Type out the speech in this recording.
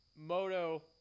Moto